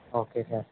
okay sir